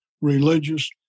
religious